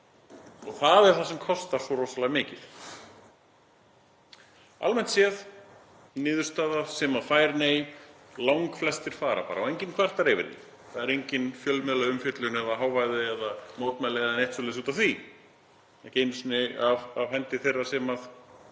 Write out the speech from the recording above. og það er það sem kostar svo rosalega mikið. Almennt séð: Niðurstaða sem er nei — langflestir fara bara og enginn kvartar yfir því. Það er enginn fjölmiðlaumfjöllun eða hávaði eða mótmæli eða neitt svoleiðis út af því, ekki einu sinni af hendi þeirra sem fá